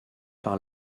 par